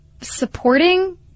supporting